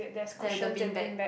like the bean bag